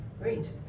Great